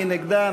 מי נגדה?